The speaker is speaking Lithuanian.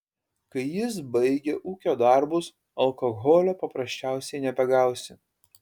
kai jis baigia ūkio darbus alkoholio paprasčiausiai nebegausi